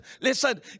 listen